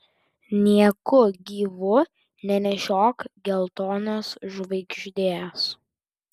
nieku gyvu nenešiok geltonos žvaigždės